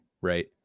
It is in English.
right